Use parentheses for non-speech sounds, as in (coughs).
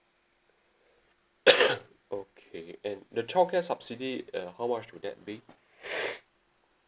(coughs) okay and the childcare subsidy uh how much would that be (breath)